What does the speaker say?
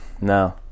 no